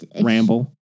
ramble